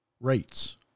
rates